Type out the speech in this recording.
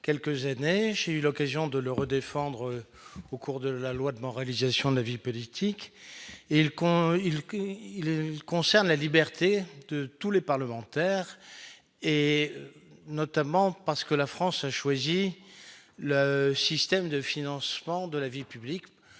j'ai eu l'occasion de l'Euro défendre au cours de la loi de moralisation de la vie politique et comme il, il, il concerne la liberté de tous les parlementaires et notamment parce que la France a choisi le système de financement de la vie publique